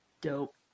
Dope